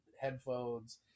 headphones